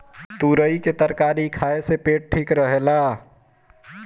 तुरई के तरकारी खाए से पेट ठीक रहेला